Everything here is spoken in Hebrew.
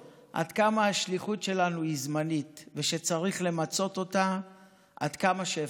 עד כמה השליחות שלנו היא זמנית וצריך למצות אותה עד כמה שאפשר,